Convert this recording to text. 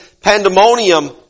pandemonium